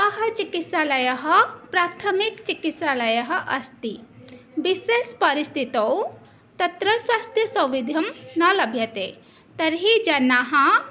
सः चिकित्सालयः प्राथमिकचिकित्सालयः अस्ति विशेषपरिस्थितौ तत्र स्वास्थ्यसौविध्यं न लभ्यते तर्हि जनाः